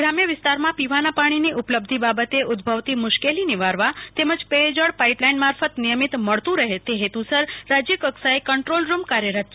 ગ્રામ્ય વિસ્તારમાં પાણીની ઉપલબ્ધિ બાબતે ઉદ્વવતી મુશ્કેલી નિવારવા તેમજ પેયજળ પાઇપલાઇન મારફત નિયમિત મળતું રહે તે હેતુસર રાજ્ય કક્ષાએ કન્દ્રોલરૂમ કાર્યરત છે